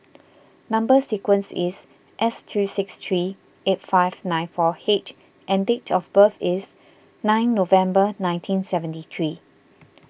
Number Sequence is S two six three eight five nine four H and date of birth is nine November nineteen seventy three